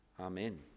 Amen